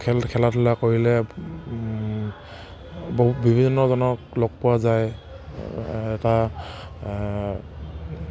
খেল খেলা ধূলা কৰিলে বহু বিভিন্নজনক লগ পোৱা যায় এটা